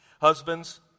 Husbands